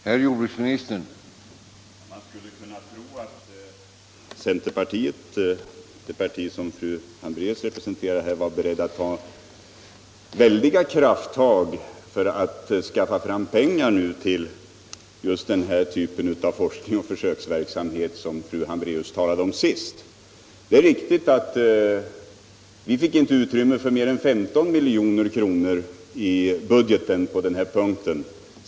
Herr talman! Man skulle kunna tro att centerpartiet, det parti som fru Hambraeus representerar här, var berett att ta väldiga krafttag för att nu skaffa fram pengar till just den här typen av forskning och försöksverksamhet som fru Hambraeus talade om senast. Det är riktigt att vi inte fick utrymme för mer än 15 milj.kr. i budgeten på den här punkten.